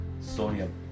sodium